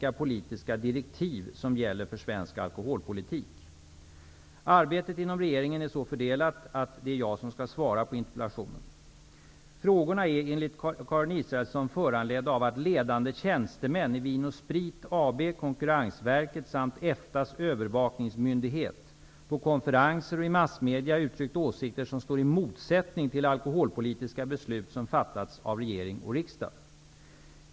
Arbetet inom regeringen är så fördelat att det är jag som skall svara på interpellationen. Frågorna är enligt Karin Israelsson föranledda av att ledande tjänstemän i Vin & Sprit AB, Konkurrensverket samt EFTA:s övervakningsmyndighet på konferenser och i massmedier uttryckt åsikter som står i motsättning till alkoholpolitiska beslut som fattats av regering och riksdag.